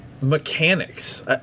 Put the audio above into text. mechanics